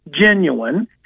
genuine